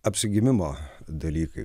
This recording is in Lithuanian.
apsigimimo dalykai